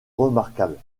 remarquables